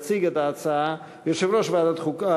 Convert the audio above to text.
יציג את ההצעה יושב-ראש ועדת החוקה,